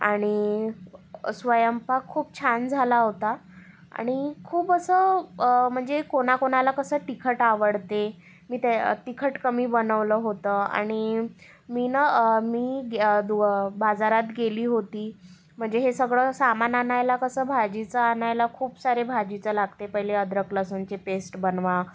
आणि अ स्वयंपाक खूप छान झाला होता आणि खूप असं म्हणजे कोणाकोणाला कसं तिखट आवडते मी ते तिखट कमी बनवलं होतं आणि मी नं मी दुअ बाजारात गेली होती म्हणजे हे सगळं सामान आणायला कसं भाजीचं आणायला खूप सारे भाजीचं लागते पहिले अद्रक लसूणची पेस्ट बनवा